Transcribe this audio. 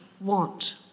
want